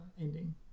ending